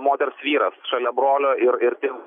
moters vyras šalia brolio ir ir tėvų